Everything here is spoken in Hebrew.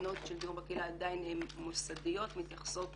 תקנות של דיור בקהילה עדיין מוסדיות, מתייחסות